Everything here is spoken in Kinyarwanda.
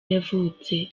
yavutse